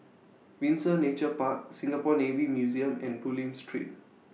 Windsor Nature Park Singapore Navy Museum and Bulim Street